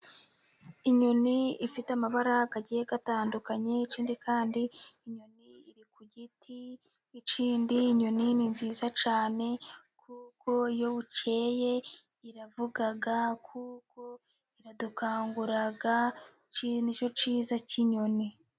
Inyoni ifite amabara agiye atandukanye, ikindi kandi inyoni iri ku giti, ikindi inyoni ni nziza cyane, kuko iyo bukeye iravuga, kuko iradukangura, iki ni cyo cyiza cy'inyoni.